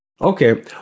okay